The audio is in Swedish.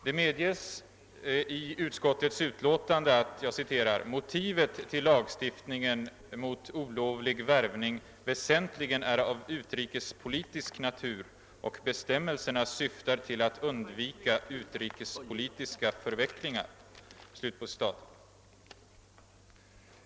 Det medges dock i utskottets utlåtande att »motivet till lagstiftningen mot olovlig värvning väsentligen är av utrikespolitisk natur och bestämmelserna syftar till att undvika utrikespolitiska förvecklingar».